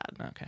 Okay